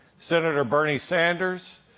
senator bernie sanders,